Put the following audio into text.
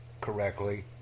correctly